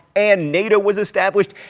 and nato was established,